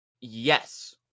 yes